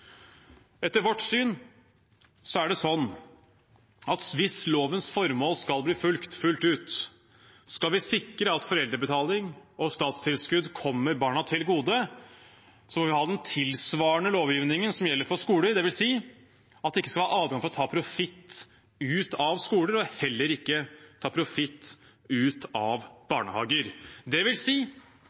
Etter vårt syn er det sånn at hvis lovens formål skal bli fulgt fullt ut, og vi skal sikre at foreldrebetaling og statstilskudd kommer barna til gode, må vi ha den tilsvarende lovgivningen som gjelder for skoler. Det vil si at det ikke skal være adgang til å ta ut profitt fra skoler og heller ikke